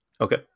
Okay